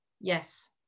Yes